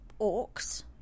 orcs